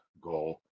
goal